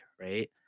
right